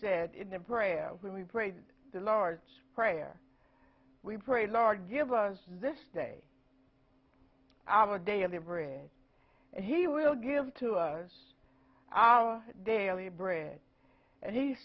said in a prayer when we prayed the lord's prayer we pray lord give us this day our daily bread and he will give to us our daily bread and he